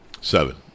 Seven